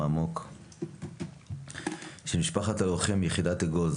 העמוק של משפחת הלוחם מיחידת אגוז,